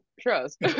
Trust